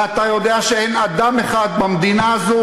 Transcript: ואתה יודע שאין אדם אחד במדינה הזו,